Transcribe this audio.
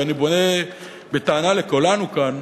ואני פונה בטענה לכולנו כאן,